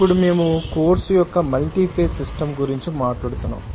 ఇప్పుడు మేము కోర్సు యొక్క మల్టీ ఫేజ్ సిస్టమ్ గురించి మాట్లాడుతున్నాము